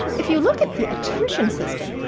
if you look at the attention system,